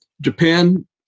Japan